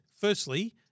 firstly